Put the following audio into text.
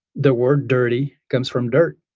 the word dirty comes from dirt,